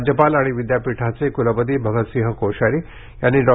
राज्यपाल आणि विद्यापीठाचे कुलपती भगत सिंह कोश्यारी यांनी डॉ